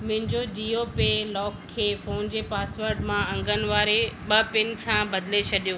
मुंहिंजे जीओ पे लॉक खे फ़ोन जे पासवर्डु मां अंगनि वारे ॿ पिन सां बदिले छॾियो